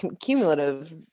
cumulative